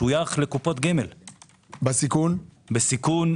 שויך לקופות גמל בסיכון מועט.